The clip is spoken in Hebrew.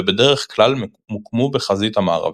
ובדרך כלל מוקמו בחזית המערבית.